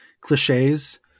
cliches